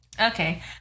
Okay